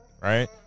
Right